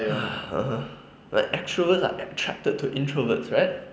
!hais! (uh huh) like extroverts are attracted to introverts right